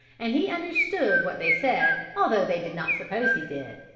and he understood what they said although they did not suppose he did.